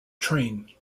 train